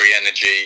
energy